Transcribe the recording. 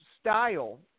style